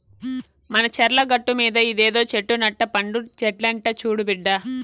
మన చర్ల గట్టుమీద ఇదేదో చెట్టు నట్ట పండు చెట్లంట చూడు బిడ్డా